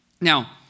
Now